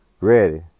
Ready